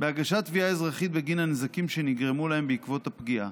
בהגשת תביעה אזרחית בגין הנזקים שנגרמו להם בעקבות הפגיעה.